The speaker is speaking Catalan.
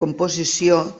composició